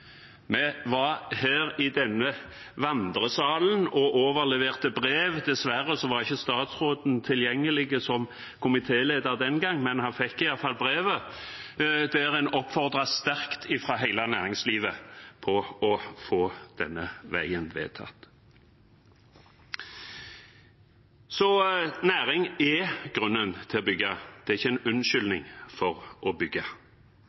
Vi var i Vandrehallen og overleverte brev. Dessverre var ikke statsråden tilgjengelig som komitélederen var den gang, men han fikk i alle fall brevet, der hele næringslivet oppfordret sterkt til å få det til. Næring er grunnen til å bygge, ikke en unnskyldning for å bygge.